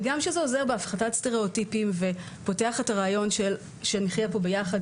וגם שזה עוזר בהפחתת סטריאוטיפים ופותח את הרעיון שנחיה פה יחד,